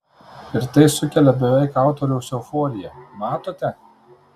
ir tai sukelia beveik autoriaus euforiją matote